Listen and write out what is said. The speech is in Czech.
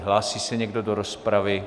Hlásí se někdo do rozpravy?